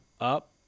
up